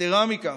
יתרה מזו,